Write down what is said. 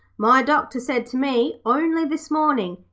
my doctor said to me only this morning,